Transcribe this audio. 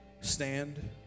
stand